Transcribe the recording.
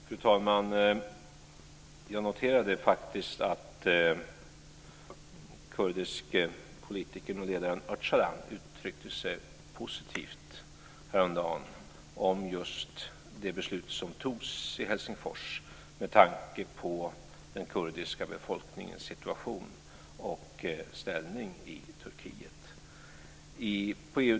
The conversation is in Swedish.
Fru talman! Jag noterade faktiskt att den kurdiske politikern och ledaren Öcalan uttryckte sig positivt häromdagen om det beslut som fattades i Helsingfors med tanke på den kurdiska befolkningens situation och ställning i Turkiet.